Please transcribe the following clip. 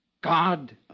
God